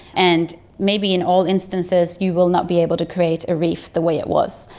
and maybe in all instances you will not be able to create a reef the way it was,